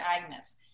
agnes